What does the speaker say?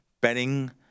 betting